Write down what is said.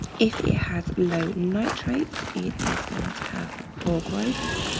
if it has low nitrates, it is going to have poor growth,